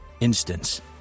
Instance